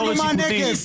הדיון